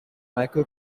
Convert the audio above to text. michael